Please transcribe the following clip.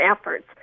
efforts